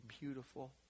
beautiful